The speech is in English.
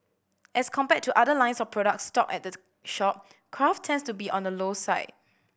as compared to other lines of products stocked at the shop craft tends to be on the low side